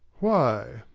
why?